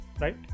right